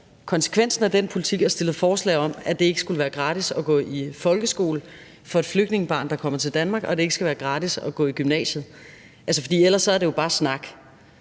konsekvensen af deres politik og fremsat forslag om, at det ikke skulle være gratis at gå i folkeskole for et flygtningebarn, der kommer til Danmark, og at det ikke skulle være gratis at gå i gymnasiet for en flygtning.